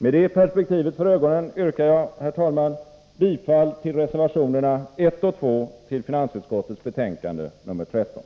Med det perspektivet för ögonen yrkar jag, herr talman, bifall till reservationerna 1 och 2 i finansutskottets betänkande nr 13.